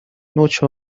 نوچه